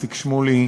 איציק שמולי,